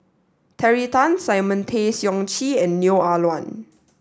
Terry Tan Simon Tay Seong Chee and Neo Ah Luan